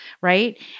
right